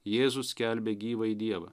jėzus skelbė gyvąjį dievą